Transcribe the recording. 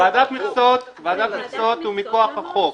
ועדת מכסות היא מכוח החוק.